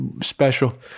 special